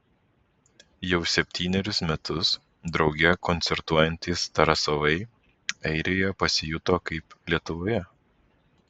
jau septynerius metus drauge koncertuojantys tarasovai airijoje pasijuto kaip lietuvoje